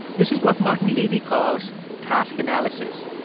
this is what martin levy calls task analysis.